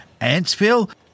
Antsville